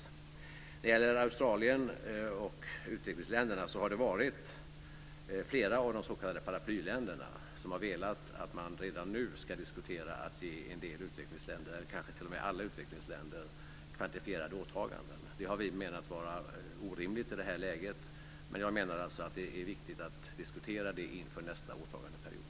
När det gäller Australien och utvecklingsländerna har det varit flera av de s.k. paraplyländerna som har velat att man redan nu ska diskutera att ge en del utvecklingsländer - kanske t.o.m. alla utvecklingsländer - kvantifierade åtaganden. Det har vi menat vara orimligt i det här läget, men jag menar alltså att det är viktigt att diskutera det inför nästa åtagandeperiod.